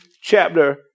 chapter